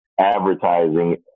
advertising